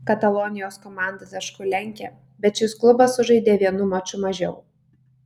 katalonijos komanda tašku lenkia bet šis klubas sužaidė vienu maču mažiau